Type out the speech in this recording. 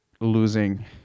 losing